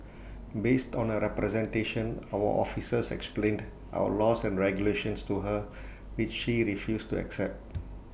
based on her representation our officers explained our laws and regulations to her which she refused to accept